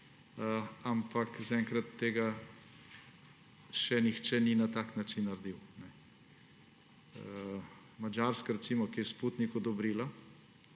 Ampak zaenkrat tega še nihče ni na tak način naredil. Madžarska, recimo, ki je Sputnik odobrila,